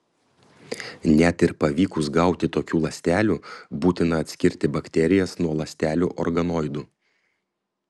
net ir pavykus gauti tokių ląstelių būtina atskirti bakterijas nuo ląstelių organoidų